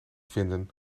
vinden